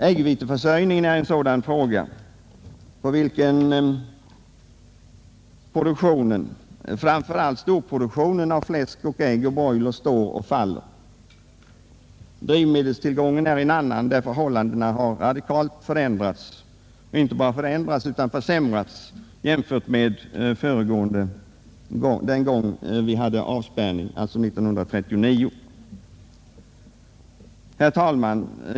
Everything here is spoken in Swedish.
Äggviteförsörjningen är en sådan fråga, på vilken hela produktionen, framför allt storproduktionen, av fläsk, ägg och broiler står och faller. Drivmedelstillgången är en annan, där förhållandena har radikalt förändrats — ja, inte bara förändrats utan försämrats — jämfört med den gång vi senast hade avspärrning i vårt land. Herr talman!